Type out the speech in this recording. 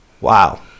Wow